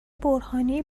برهانی